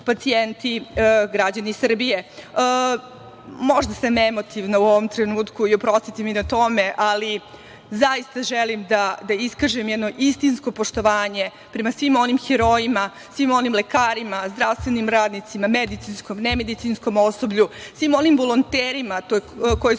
pacijenti, građani Srbije. Možda sam ja emotivna u ovom trenutku, oprostite mi na tome, zaista želim da iskažem jedno istinsko poštovanje prema svim onim herojima, svim onim lekarima, zdravstvenim radnicima, medicinskom, nemedicinskom osoblju, svim onim volonterima koji su